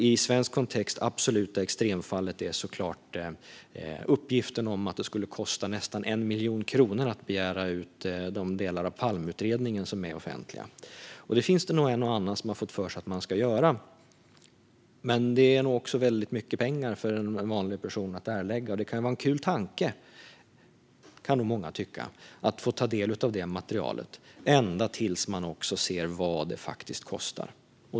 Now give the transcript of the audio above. I svensk kontext är det absoluta extremfallet uppgiften om att det skulle kosta nästan 1 miljon kronor att begära ut de delar av Palmeutredningen som är offentliga. Det finns det nog en och annan som har fått för sig att göra. Men det är nog väldigt mycket pengar för en vanlig person att erlägga. Det kan vara en kul tanke, kan nog många tycka, att få ta del av detta material - ända tills man ser vad det faktiskt kostar.